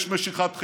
יש משיכת חבל.